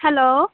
hello